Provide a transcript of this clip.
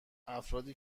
افرادی